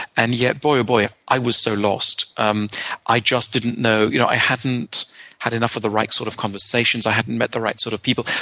and yet, boy oh boy, i was so lost. um i just didn't know you know i hadn't had enough of the right sort of conversations. i hadn't met the right sort of people.